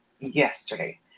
yesterday